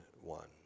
one